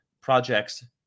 Projects